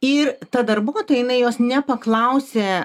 ir ta darbuotoja jinai jos nepaklausė